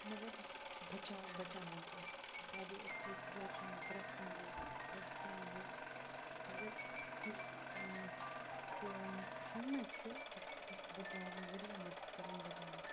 مطلب یُس بَچاو بَچاوان چھِ أسۍ مِثالے أسۍ لٕگے خۄدا رٕچھِن برکھ کُنہِ جایہِ ایٚکسِڈنٛٹ گٔژھِ مگر یُس ہیلمٹ چھِ سُہ چھُ أسہِ بَچاوان واریاہ مَدد کَران بَچاوان